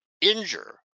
injure